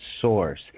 source